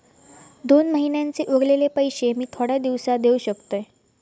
दोन महिन्यांचे उरलेले पैशे मी थोड्या दिवसा देव शकतय?